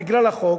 בגלל החוק,